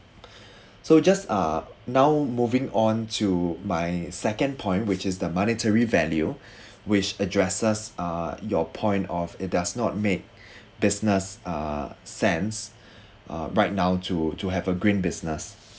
so just uh now moving on to my second point which is the monetary value which addresses uh your point of it does not make business uh sense uh right now to to have a green business